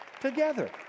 together